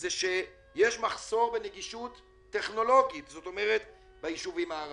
יש מחסור בנגישות טכנולוגית ביישובים הערביים.